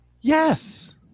Yes